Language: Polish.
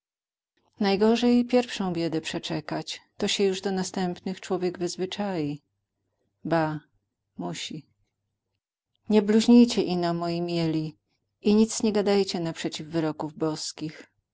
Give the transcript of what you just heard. najgorzej pierwszą biedę przeczekać to się już do następnych człowiek wezwyczai bo musi nie bluźnijcie ino moi mieli i nic nie gadajcie naprzeciw wyroków boskich